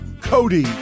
Cody